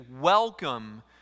welcome